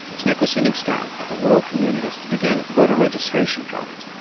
sncc was sending staff into rural communities to begin voter registration drives,